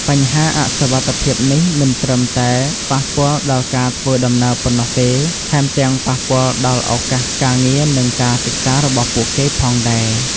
បញ្ហាអសុវត្ថិភាពនេះមិនត្រឹមតែប៉ះពាល់ដល់ការធ្វើដំណើរប៉ុណ្ណោះទេ ថែមទាំងប៉ះពាល់ដល់ឱកាសការងារនិងការសិក្សារបស់ពួកគេផងដែរ។